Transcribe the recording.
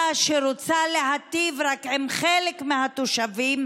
שרוצה להיטיב רק עם חלק מהתושבים,